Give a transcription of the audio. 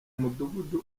mudugudu